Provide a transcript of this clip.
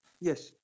Yes